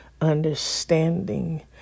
understanding